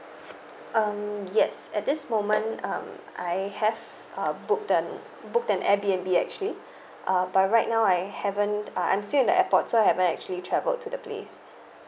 um yes at this moment um I have uh booked the booked an airbnb we actually uh but right now I haven't uh I'm still in the airport so I haven't actually travel to the place